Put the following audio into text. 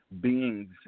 beings